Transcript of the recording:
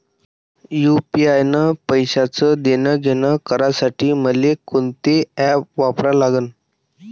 UPI न पैशाचं देणंघेणं करासाठी मले कोनते ॲप वापरा लागन?